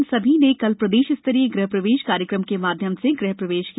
इन सभी ने कल प्रदेश स्तरीय ग़ह प्रवेश कार्यक्रम के माध्यम से ग़ह प्रवेश किया